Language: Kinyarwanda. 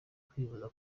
kwivuza